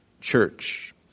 church